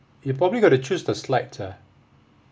you probably got to choose the slide ah